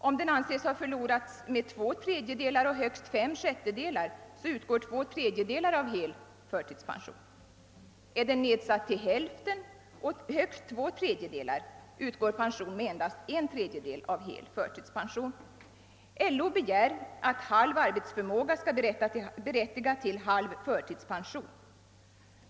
'Om den anses ha miskat med 2 6 utgår 2 3 utgår pension med endast 1/3 av hel förtidspension. LO begär att halv arbetsförmåga skall berättiga till halv förtidspension.